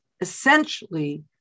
essentially